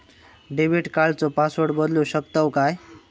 Debit कार्डचो password बदलु शकतव काय?